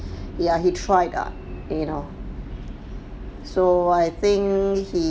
ya he tried ah you know so I think he